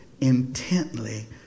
intently